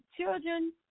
children